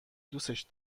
دوستش